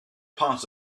part